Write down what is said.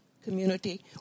community